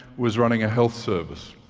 was running a health service.